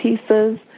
pieces